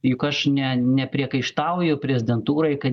juk aš ne nepriekaištauju prezidentūrai kad